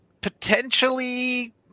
potentially